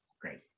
Great